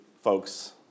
folks